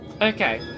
Okay